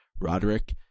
Roderick